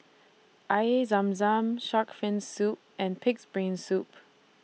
Air Zam Zam Shark's Fin Soup and Pig'S Brain Soup